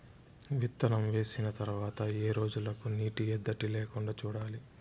విత్తనం వేసిన తర్వాత ఏ రోజులకు నీటి ఎద్దడి లేకుండా చూడాలి?